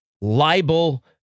libel